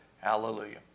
Hallelujah